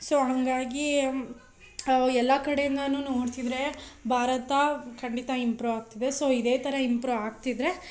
so ಹಾಗಾಗಿ ಎಲ್ಲ ಕಡೆಯಿಂದಲೂ ನೋಡ್ತಿದ್ದರೆ ಭಾರತ ಖಂಡಿತ ಇಂಪ್ರೂವ್ ಆಗ್ತಿದೆ ಸೋ ಇದೇ ಥರ ಇಂಪ್ರೂವ್ ಆಗ್ತಿದ್ದರೆ